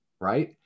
right